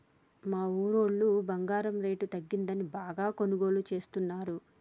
మా ఊరోళ్ళు బంగారం రేటు తగ్గిందని బాగా కొనుగోలు చేస్తున్నరు